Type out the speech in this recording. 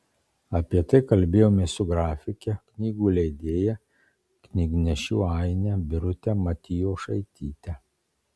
apie tai kalbėjomės su grafike knygų leidėja knygnešių aine birute matijošaityte